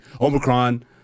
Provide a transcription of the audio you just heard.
Omicron